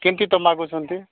କେମିତି ତ ମାଗୁଛନ୍ତି